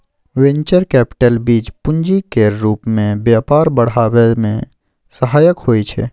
venture capital बीज पूंजी केर रूप मे व्यापार बढ़ाबै मे सहायक होइ छै